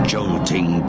Jolting